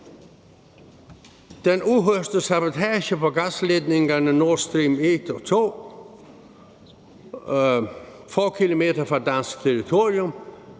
Den uhørte sabotage på gasledningerne Nord Stream 1 og 2, få kilometer fra dansk territorium,